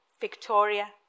Victoria